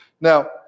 Now